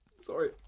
Sorry